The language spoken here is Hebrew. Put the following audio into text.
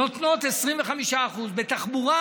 נותנות 25%; בתחבורה